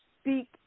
Speak